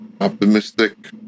optimistic